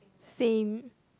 same